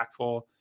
impactful